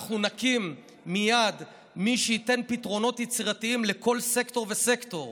אנחנו נקים מייד מי שייתן פתרונות יצירתיים לכל סקטור וסקטור: